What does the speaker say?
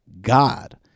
God